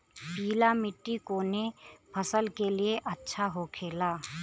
पीला मिट्टी कोने फसल के लिए अच्छा होखे ला?